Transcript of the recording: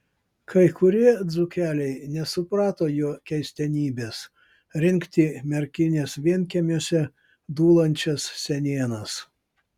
kai kurie dzūkeliai nesuprato jo keistenybės rinkti merkinės vienkiemiuose dūlančias senienas